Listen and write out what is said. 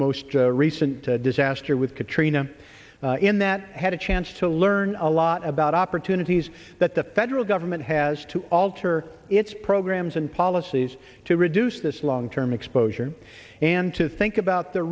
most recent disaster with katrina in that had a chance to learn a lot about opportunities that the federal government has to alter its programs and policies to reduce this long term exposure and to think about the